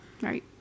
Right